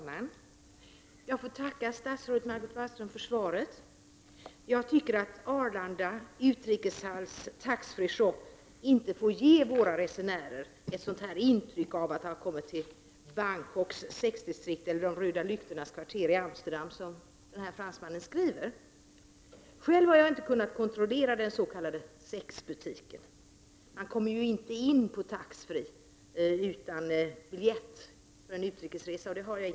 Fru talman! Jag får tacka statsrådet Margot Wallström för svaret. Jag tycker att Arlanda utrikeshalls tax-free-shop inte får ge våra resenärer ett intryck av att de har kommit till Bangkoks sexdistrikt eller de röda lyktornas kvarter i Amsterdam, som denne fransman skrev. Själv har jag inte kunnat kontrollera den s.k. sexbutiken. Man kommer ju inte in i tax-free-butiken utan biljett för en utrikesresa, och det har jag ingen.